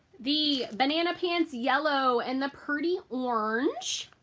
the banana pants yellow and the purdy orange.